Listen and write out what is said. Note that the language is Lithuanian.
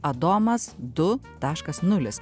adomas du taškas nulis